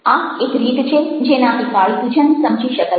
આ એક રીત છે જેનાથી કાળીપૂજાને સમજી શકાય છે